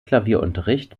klavierunterricht